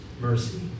mercy